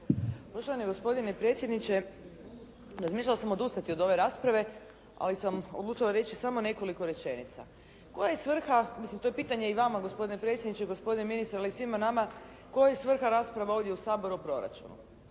Poštovani gospodine predsjedniče razmišljala sam odustati od ove rasprave, ali sam odlučila reći samo nekoliko rečenica. Koja je svrha, mislim to je pitanje i vama gospodine predsjedniče i gospodine ministre, a i svima nama koja je svrha rasprave ovdje u Saboru o proračunu.